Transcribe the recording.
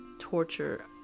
torture